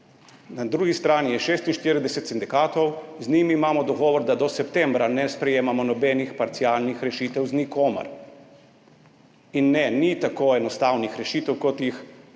Na drugi strani je 46 sindikatov, z njimi imamo dogovor, da do septembra ne sprejemamo nobenih parcialnih rešitev z nikomer. In ne, ni tako enostavnih rešitev, kot jih poskušajo